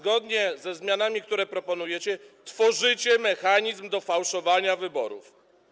Zgodnie ze zmianami, które proponujecie, tworzycie mechanizm do fałszowania wyborów.